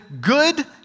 good